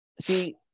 See